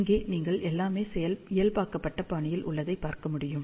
இங்கே நீங்கள் எல்லாமே இயல்பாக்கப்பட்ட பாணியில் உள்ளதைப் பார்க்க முடியும்